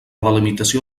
delimitació